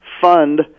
fund